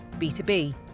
B2B